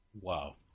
Wow